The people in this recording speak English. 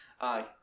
Aye